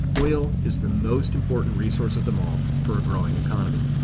oil is the most important resource of them all for a growing economy.